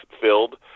filled